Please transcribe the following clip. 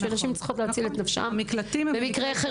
נשים צריכות להציל את נפשן במקרה חירום.